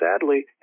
sadly